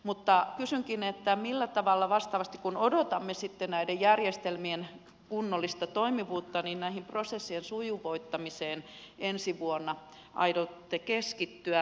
mutta kysynkin millä tavalla vastaavasti kun odotamme sitten näiden järjestelmien kunnollista toimivuutta näiden prosessien sujuvoittamiseen ensi vuonna aiotte keskittyä